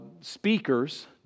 speakers